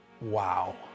wow